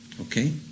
Okay